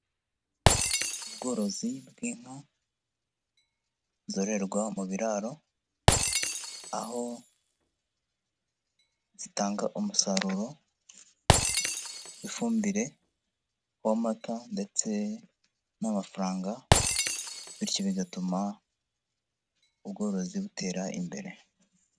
Ubworozi bw'inka zororerwa mu biraro, aho zitanga umusaruro w'ifumbire w'amata ndetse n'amafaranga bityo bigatuma ubworozi butera imbere.